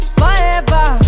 forever